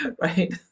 right